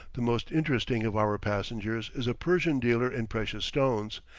the most interesting of our passengers is a persian dealer in precious stones.